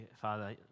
Father